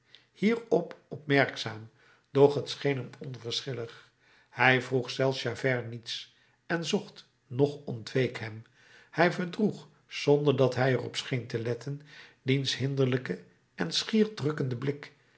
hierop opmerkzaam doch t scheen hem onverschillig hij vroeg zelfs javert niets en zocht noch ontweek hem hij verdroeg zonder dat hij er op scheen te letten diens hinderlijken en schier drukkenden blik